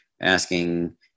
asking